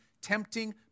tempting